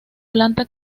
planta